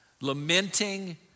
lamenting